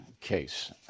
case